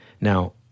Now